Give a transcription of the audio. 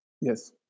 Yes